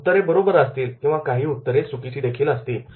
उत्तरे बरोबर असतील किंवा काही उत्तरे चुकीचीदेखील असतील